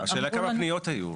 השאלה כמה פניות היו?